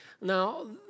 Now